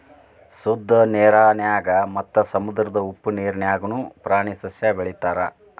ಶುದ್ದ ನೇರಿನ್ಯಾಗ ಮತ್ತ ಸಮುದ್ರದ ಉಪ್ಪ ನೇರಿನ್ಯಾಗುನು ಪ್ರಾಣಿ ಸಸ್ಯಾ ಬೆಳಿತಾರ